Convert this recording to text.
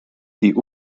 die